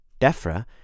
DEFRA